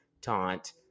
taunt